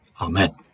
Amen